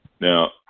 Now